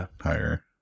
higher